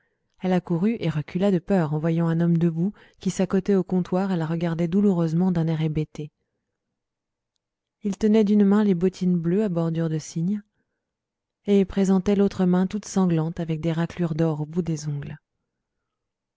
elle accourut et recula de peur en voyant un homme debout qui s'accotait au comptoir et la regardait douloureusement d'un air hébété il tenait d'une main les bottines bleues à bordure de cygne et présentait l'autre main toute sanglante avec des raclures d'or au bout des ongles